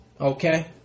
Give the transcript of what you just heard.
Okay